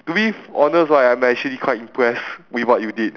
to be honest right I'm actually quite impress with what you did